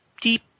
deep